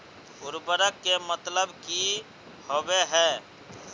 उर्वरक के मतलब की होबे है?